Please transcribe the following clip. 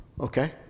okay